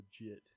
legit